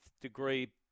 degree